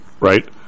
right